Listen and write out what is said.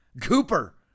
Cooper